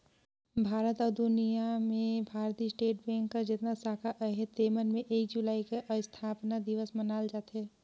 भारत अउ दुनियां में भारतीय स्टेट बेंक कर जेतना साखा अहे तेमन में एक जुलाई के असथापना दिवस मनाल जाथे